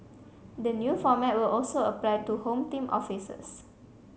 the new format will also apply to Home Team officers